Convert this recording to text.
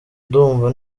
ndumva